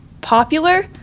popular